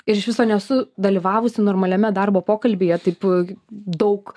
ir iš viso nesu dalyvavusi normaliame darbo pokalbyje taip daug